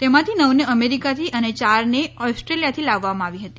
તેમાંથી નવને અમેરિકાથી અને યારને ઓસ્ટ્રેલિયાથી લાવવામાં આવી હતી